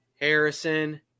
Harrison